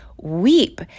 weep